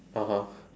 (uh huh)